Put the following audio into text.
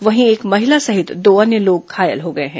वहीं एक महिला सहित दो अन्य लोग घायल हो गए हैं